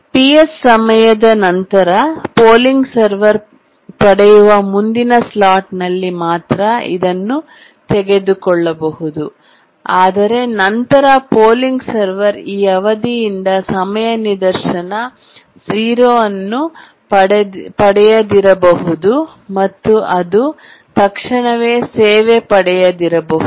Ps ಸಮಯದ ನಂತರ polling server ಪಡೆಯುವ ಮುಂದಿನ ಸ್ಲಾಟ್ನಲ್ಲಿ ಮಾತ್ರ ಇದನ್ನು ತೆಗೆದುಕೊಳ್ಳಬಹುದು ಆದರೆ ನಂತರ ಪೋಲಿಂಗ್ ಸರ್ವರ್ ಈ ಅವಧಿಯಿಂದ ಸಮಯ ನಿದರ್ಶನ 0 ಅನ್ನು ಪಡೆಯದಿರಬಹುದು ಮತ್ತು ಅದು ತಕ್ಷಣವೇ ಸೇವೆ ಪಡೆಯದಿರಬಹುದು